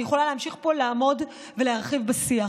אני יכולה להמשיך פה לעמוד ולהרחיב בשיח,